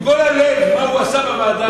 עם כל הלב, מה הוא עשה בוועדה.